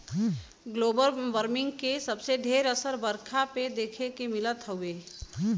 global warming के सबसे ढेर असर बरखा पे देखे के मिलत हउवे